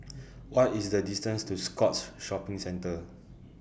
What IS The distance to Scotts Shopping Centre